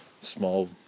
small